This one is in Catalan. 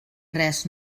res